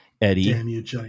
Eddie